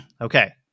Okay